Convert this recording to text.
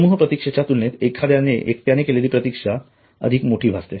समूह प्रतीक्षेच्या तुलनेत एकट्याने केलेली प्रतीक्षा अधिक मोठी भासते